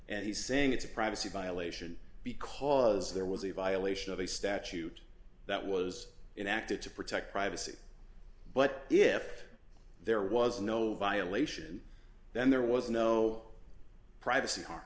and he's saying it's a privacy violation because there was a violation of a statute that was in acted to protect privacy but if there was no violation then there was no privacy har